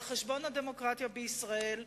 על-חשבון הדמוקרטיה בישראל,